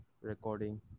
recording